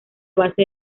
base